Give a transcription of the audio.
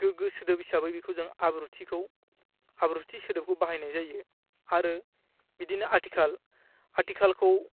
गोग्गो सोदोब हिसाबै बेखौ जों आब्रुथिखौ आब्रुथि सोदोबखौ बाहायनाय जायो आरो बिदिनो आथिखाल आथिखालखौ